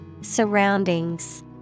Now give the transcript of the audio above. Surroundings